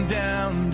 down